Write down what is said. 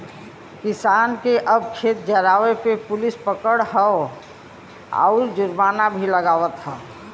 किसान के अब खेत जरावे पे पुलिस पकड़त हौ आउर जुर्माना भी लागवत हौ